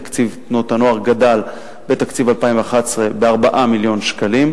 תקציב תנועות הנוער גדל בתקציב 2011 ב-4 מיליון שקלים,